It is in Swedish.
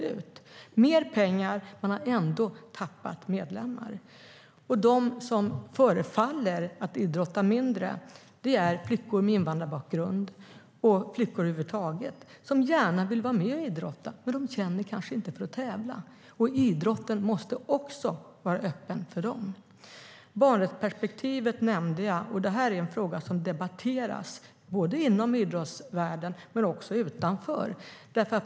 Trots mer pengar har man ändå tappat medlemmar. Och de som förefaller idrotta mindre är flickor med invandrarbakgrund och flickor över huvud taget, som gärna vill vara med och idrotta men kanske inte känner för att tävla. Idrotten måste vara öppen också för dem. Jag nämnde barnperspektivet, och det är en fråga som debatteras både inom idrottsvärlden och också utanför.